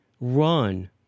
run